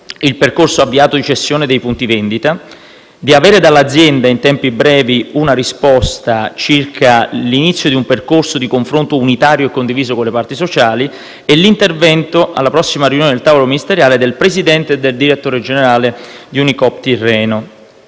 il percorso avviato di cessione dei punti vendita, di avere dall'azienda in tempi brevi una risposta circa l'inizio di un percorso di confronto unitario e condiviso con le parti sociali e l'intervento, alla prossima riunione del tavolo ministeriale, del presidente e del direttore generale di Unicoop Tirreno.